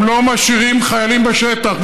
הם לא משאירים חיילים בשטח,